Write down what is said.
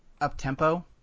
up-tempo